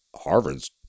Harvard's